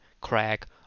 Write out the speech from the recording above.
crack